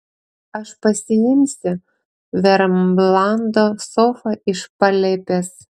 aš pasiimsiu vermlando sofą iš palėpės